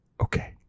Okay